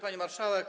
Pani Marszałek!